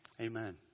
amen